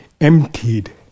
emptied